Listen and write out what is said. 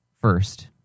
first